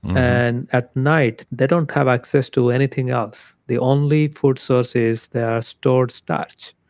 and, at night, they don't have access to anything else. the only food source is their stored starch,